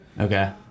Okay